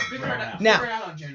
Now